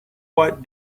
what